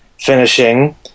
finishing